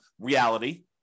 reality